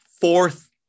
Fourth